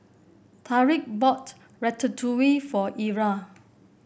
Tyrik bought Ratatouille for Ira